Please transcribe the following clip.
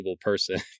person